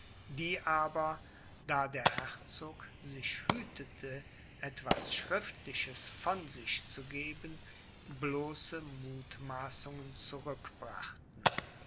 die aber da der herzog sich hütete etwas schriftliches von sich zu geben bloße muthmaßungen